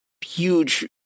huge